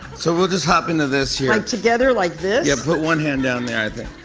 so we'll just hop into this here. like together like this? yeah. put one hand down there i think.